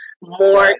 more